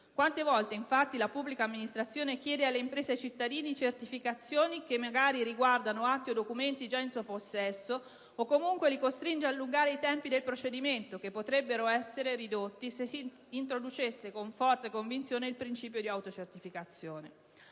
Quante volte, infatti, la pubblica amministrazione chiede alle imprese e ai cittadini certificazioni che magari riguardano atti o documenti già in suo possesso o comunque li costringe ad allungare i tempi del procedimento, che potrebbero essere ridotti se si introducesse con forza e convinzione il principio di autocertificazione?